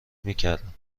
میکردند